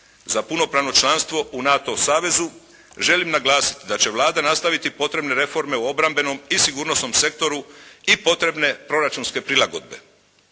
za punopravno članstvo u NATO savezu želim naglasiti da će Vlada nastaviti potrebne reforme u obrambenom i sigurnosnom sektoru i potrebne proračunske prilagodbe.